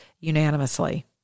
unanimously